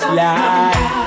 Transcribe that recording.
life